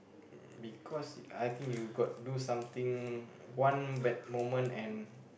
because I think you got do something one bad moment and